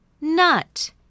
nut